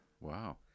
Wow